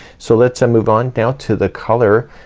so let's move on down to the color,